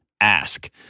ask